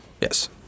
Yes